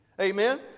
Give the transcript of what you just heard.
Amen